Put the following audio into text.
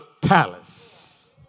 palace